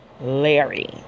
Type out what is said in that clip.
Larry